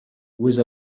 with